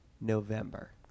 November